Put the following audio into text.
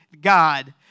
God